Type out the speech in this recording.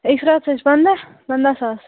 أکِس راتس حَظ چھِ پنٛدہ پنٛدہ ساس